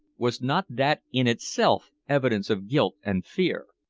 was not that, in itself, evidence of guilt and fear?